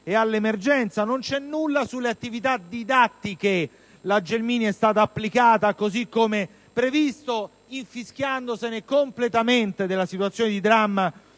e all'emergenza. Non c'è nulla sulle attività didattiche: la riforma Gelmini è stata applicata così come previsto, infischiandosene completamente della situazione di dramma